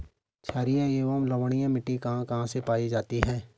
छारीय एवं लवणीय मिट्टी कहां कहां पायी जाती है?